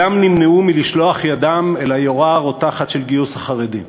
וכולם נמנעו מלשלוח ידם אל היורה הרותחת של גיוס החרדים.